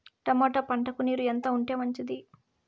Tomato పంటకు నీరు ఎంత ఉంటే మంచిది?